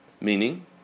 Meaning